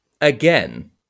again